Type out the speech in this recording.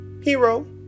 Hero